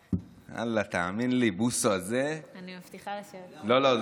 ואללה, תאמין לי, בוסו הזה, אני מבטיחה לשבת פה.